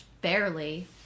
barely